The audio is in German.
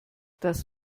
das